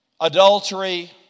adultery